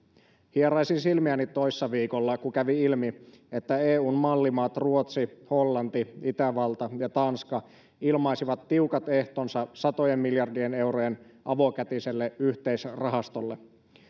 hieraisin silmiäni toissaviikolla kun kävi ilmi että eun mallimaat ruotsi hollanti itävalta ja tanska ilmaisivat tiukat ehtonsa satojen miljardien eurojen avokätiselle yhteisrahastolle